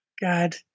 God